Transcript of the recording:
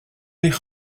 eich